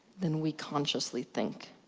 than we consciously think.